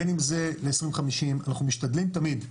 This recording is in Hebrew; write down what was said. בין אם זה ל-2050 אנחנו משתדלים תמיד,